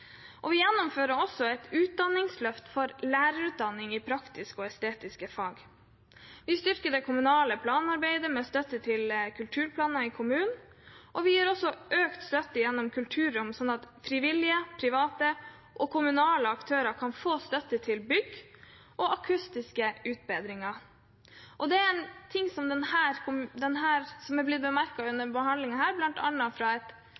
Vi gjennomfører også et utdanningsløft for lærerutdanning i praktiske og estetiske fag. Vi styrker det kommunale planarbeidet med støtte til kulturplanene i kommunene, og vi gir også økt støtte gjennom Kulturrom slik at frivillige, private og kommunale aktører kan få støtte til bygg og akustiske utbedringer. Det er ting som er blitt bemerket under denne behandlingen, bl.a. i en komitémerknad fra